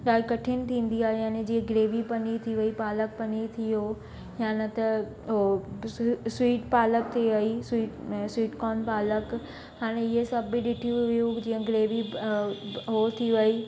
ॾाढी कठिन थींदी आहे यानी जीअं ग्रेवी पनीर थी वई पालक पनीर थी वियो या न त हो स्वीट पालक थी वई स्वीट स्वीट कार्न पालक हाणे इहे सभु बि ॾिठी हुइयूं जीअं ग्रेवी हो थी वई